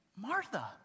Martha